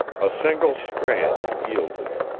a single strand had yielded,